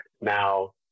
Now